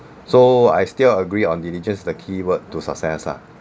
so I still agree on diligence is the keyword to success ah